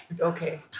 Okay